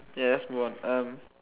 yes let's move on